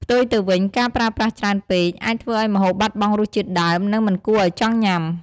ផ្ទុយទៅវិញ ការប្រើប្រាស់ច្រើនពេកអាចធ្វើឱ្យម្ហូបបាត់បង់រសជាតិដើម និងមិនគួរឱ្យចង់ញ៉ាំ។